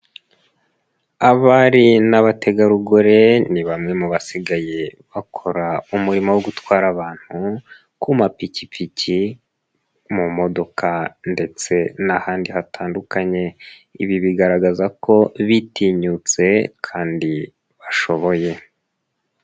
Abari n'abategarugori ni bamwe mu basigaye bakora umurimo wo gutwara abantu ku mapikipiki, mu modoka ndetse n'ahandi hatandukanye. Ibi bigaragaza ko bitinyutse kandi bashoboye.